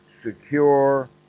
secure